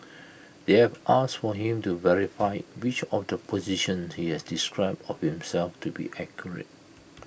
they have asked for him to verify which of the positions he has described of himself to be accurate